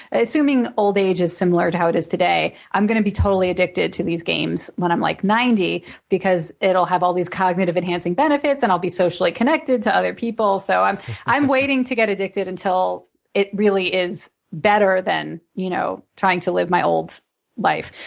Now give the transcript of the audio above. assuming old age is similar to how it is today, i'm going to be totally addicted to these games when i'm like ninety because it'll have all these cognitive-enhancing benefits and i'll be socially connected to other people. so i'm i'm waiting to get addicted until it really is better than you know trying to live my old life.